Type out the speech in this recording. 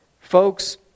Folks